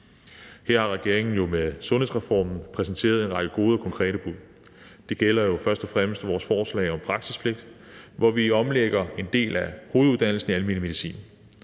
Her har regeringen jo med sundhedsreformen præsenteret en række gode og konkrete bud. Det gælder jo først og fremmest vores forslag om praksispligt, hvor vi omlægger en del af hoveduddannelsen i almen medicin.